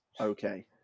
okay